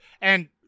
And-